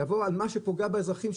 לגבי מה שפוגע באזרחים,